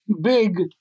big